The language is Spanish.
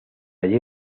allí